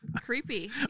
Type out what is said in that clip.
Creepy